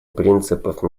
принципов